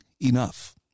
enough